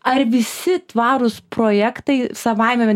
ar visi tvarūs projektai savaime vien